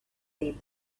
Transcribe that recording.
them